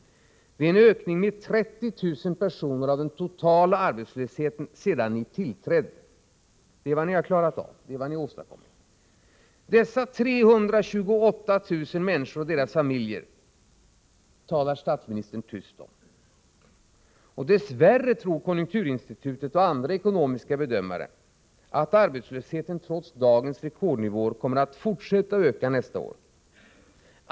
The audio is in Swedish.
Det är en ökning med 30 000 av den totala arbetslösheten sedan ni tillträdde. Det är vad ni har åstadkommit! Dessa 328 000 människor och deras familjer talar statsministern tyst om. Dess värre tror konjunkturinstitutet och andra ekonomiska bedömare att arbetslösheten trots dagens rekordnivåer kommer att fortsätta att öka nästa år.